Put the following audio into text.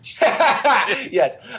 Yes